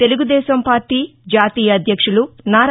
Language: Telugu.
తెలుగుదేశం పార్లీ జాతీయ అధ్యక్షులు ఎన్